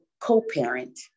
co-parent